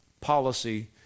policy